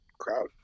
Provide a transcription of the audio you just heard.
crowd